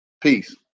Peace